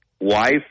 wife